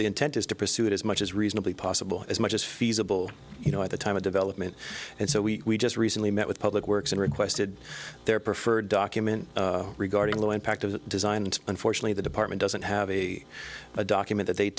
the intent is to pursue it as much as reasonably possible as much as feasible you know at the time of development and so we just recently met with public works and requested their preferred document regarding the impact of the design and unfortunately the department doesn't have a document th